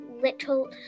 little